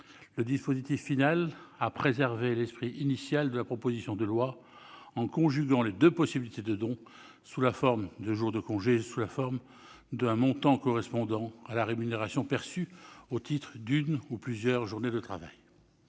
Le dispositif final a préservé l'esprit initial de la proposition de loi en conjuguant les deux possibilités de don, sous forme de jours de congé et sous forme d'un montant correspondant à la rémunération perçue au titre d'une ou de plusieurs journées de travail.